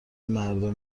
مردم